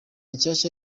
nshasha